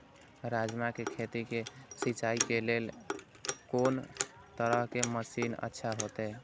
राजमा के खेत के सिंचाई के लेल कोन तरह के मशीन अच्छा होते?